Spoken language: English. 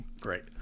great